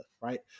right